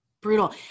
Brutal